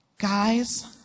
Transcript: guys